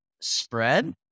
spread